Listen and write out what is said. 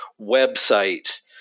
website